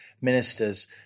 ministers